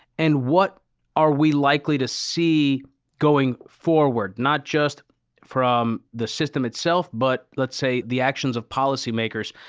and what are we likely to see going forward? not just from the system itself, but let's say the actions of policy makers.